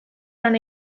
lan